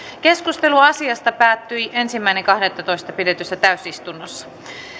keskustelu asiasta päättyi ensimmäinen kahdettatoista kaksituhattaviisitoista pidetyssä täysistunnossa